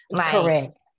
Correct